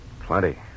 Plenty